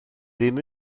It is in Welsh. ddim